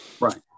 Right